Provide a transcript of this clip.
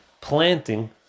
Planting